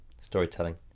storytelling